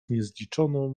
niezliczoną